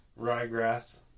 ryegrass